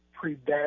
prevent